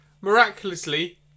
miraculously